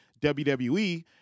WWE